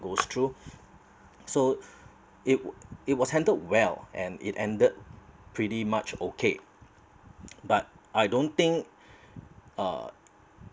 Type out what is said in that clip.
goes through so it w~ it was handled well and it ended pretty much okay but I don't think uh